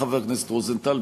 חבר הכנסת רוזנטל,